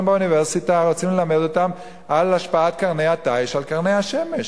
באוניברסיטה רוצים ללמד אותם על השפעת קרני התיש על קרני השמש.